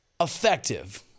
effective